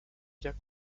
der